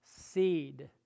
seed